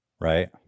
Right